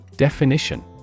Definition